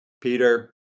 Peter